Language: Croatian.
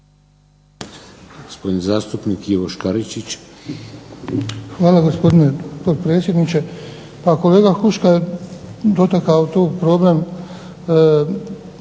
Hvala gospodine potpredsjedniče. Pa kolega Huška je dotakao tu problem